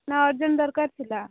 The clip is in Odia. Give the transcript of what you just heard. ନା ଅର୍ଜେଣ୍ଟ୍ ଦରକାର ଥିଲା